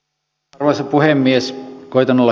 koetan olla hyvin ripeä